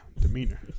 demeanor